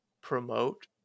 promote